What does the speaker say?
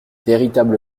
véritable